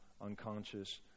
unconscious